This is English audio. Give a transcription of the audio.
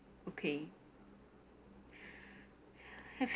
okay have